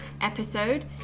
episode